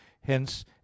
Hence